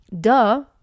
Duh